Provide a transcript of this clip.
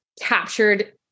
captured